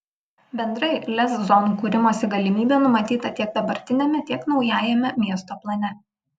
bendrai lez zonų kūrimosi galimybė numatyta tiek dabartiname tiek naujajame miesto plane